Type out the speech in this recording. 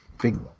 big